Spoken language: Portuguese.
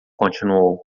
continuou